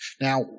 Now